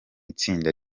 itsinda